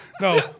no